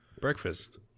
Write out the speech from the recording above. Breakfast